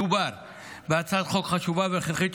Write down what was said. מדובר בהצעת חוק חשובה והכרחית,